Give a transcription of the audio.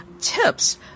tips